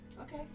Okay